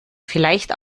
vielleicht